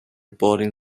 boarding